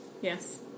Yes